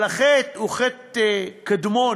אבל החטא הוא חטא קדמון